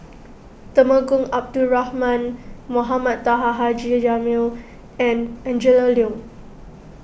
Temenggong Abdul Rahman Mohamed Taha Haji Jamil and Angela Liong